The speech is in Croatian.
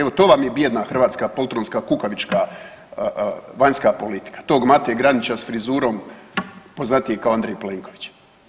Evo to vam je bijedna hrvatska poltronska kukavička vanjska politika tog Mate Granića s frizurom poznatiji kao Andrej Plenković.